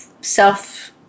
self